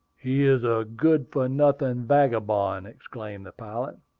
he is a good-for-nothing vagabond! exclaimed the pilot.